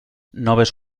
noves